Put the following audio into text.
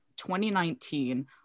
2019